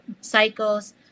cycles